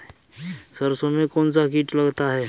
सरसों में कौनसा कीट लगता है?